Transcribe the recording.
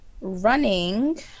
running